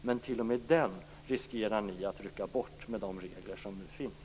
Men t.o.m. den riskerar ni att rycka bort med de regler som nu finns.